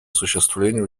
осуществлению